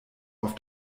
auf